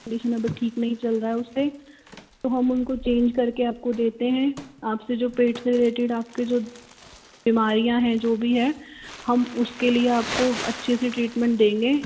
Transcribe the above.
condition अब ठीक नहीं चल रहा है उसमें तो हम उनको चेंज करके आपको देते हैं आप से जो पेट से रिलेटेड आपके जो बीमारियाँ हैं जो भी है हम उसके लिए आपको अच्छे से ट्रीटमेंट देंगे